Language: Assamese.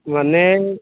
মানে